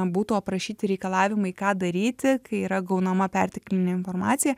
būtų aprašyti reikalavimai ką daryti kai yra gaunama perteklinė informacija